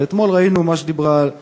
ואתמול ראינו מה שדיברה עליו